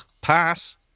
Pass